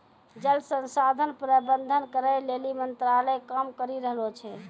जल संसाधन प्रबंधन करै लेली मंत्रालय काम करी रहलो छै